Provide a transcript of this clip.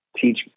teach